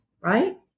right